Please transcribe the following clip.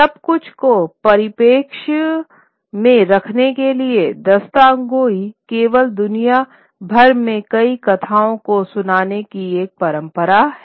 सब कुछ को परिप्रेक्ष्य में रखने के लिए दास्तानगोई केवल दुनिया भर में कई कथाओं को सुनाने की एक परंपरा हैं